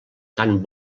tan